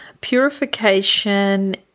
purification